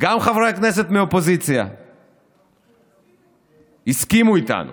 גם חברי הכנסת מהאופוזיציה הסכימו איתנו